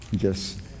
Yes